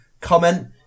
comment